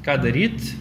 ką daryt